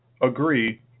agree